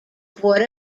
board